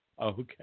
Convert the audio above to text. Okay